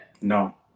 No